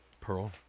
Pearl